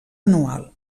anual